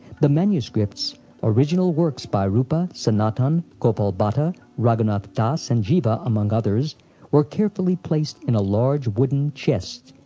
the manuscripts original works by rupa, sanatan, gopal bhatta, raghunath das, and jiva, among others were carefully placed in a large wooden chest,